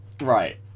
Right